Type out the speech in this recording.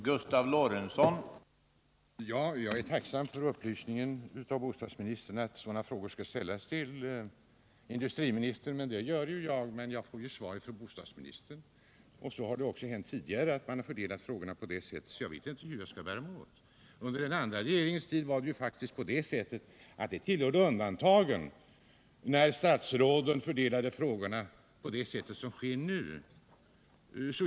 Herr talman! Jag är tacksam för upplysningen av bostadsministern att sådana frågor skall ställas till industriministern. Det gör jag ju, men jag får svar från bostadsministern. Det har hänt tidigare att man har fördelat frågorna på det sättet, så jag vet inte hur jag skall bära mig åt. Under den förra regeringens tid tillhörde det faktiskt undantagen att statsråden fördelade frågorna på det sätt som sker nu.